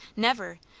never.